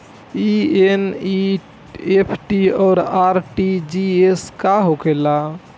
ई एन.ई.एफ.टी और आर.टी.जी.एस का होखे ला?